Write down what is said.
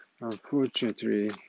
unfortunately